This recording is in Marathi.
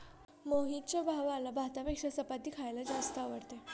मोहितच्या भावाला भातापेक्षा चपाती खायला जास्त आवडते